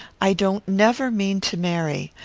i don't never mean to marry.